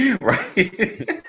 Right